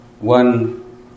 one